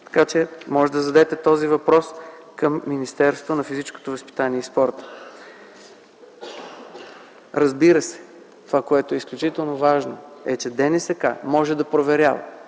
така че може да зададете този въпрос към Министерството на физическото възпитание и спорта. Разбира се, това, което е изключително важно е, че Дирекция „Национален